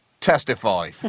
Testify